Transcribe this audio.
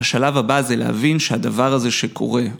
השלב הבא זה להבין שהדבר הזה שקורה